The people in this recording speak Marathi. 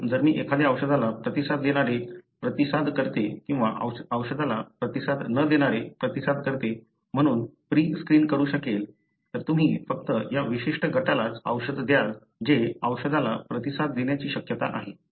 म्हणून जर मी एखाद्या औषधाला प्रतिसाद देणारे प्रतिसादकर्ते किंवा औषधाला प्रतिसाद न देणारे प्रतिसादकर्ते म्हणून प्री स्क्रीन करू शकेन तर तुम्ही फक्त या विशिष्ट गटालाच औषध द्याल जे औषधाला प्रतिसाद देण्याची शक्यता आहे